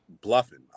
bluffing